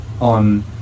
on